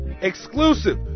Exclusive